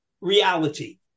reality